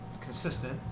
consistent